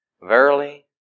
Verily